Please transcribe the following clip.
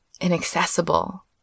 inaccessible